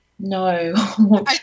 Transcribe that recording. No